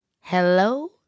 Hello